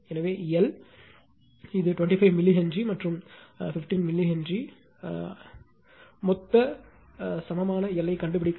எனவே எல் இது 25 millihenry மற்றும் 15 மில்லி ஹென்றி அழைக்கப்படும் மொத்த சமமான L கண்டுபிடிக்க